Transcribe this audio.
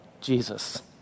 Jesus